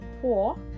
poor